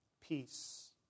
peace